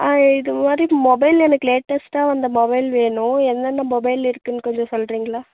ஆ இது மாதிரி மொபைல் எனக்கு லேட்டஸ்ட்டாக வந்த மொபைல் வேணும் என்னென்ன மொபைல் இருக்குதுன்னு கொஞ்சம் சொல்கிறிீங்களா